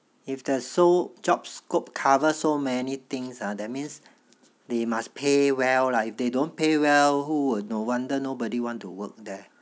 if the sole jobscope cover so many things ah that means they must pay well lah if they don't pay well who will no wonder nobody want to work there